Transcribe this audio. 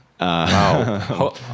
Wow